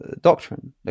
doctrine